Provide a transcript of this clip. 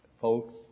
Folks